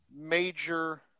major